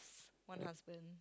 one husband